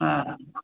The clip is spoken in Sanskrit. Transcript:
हा